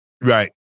Right